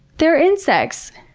they're insects.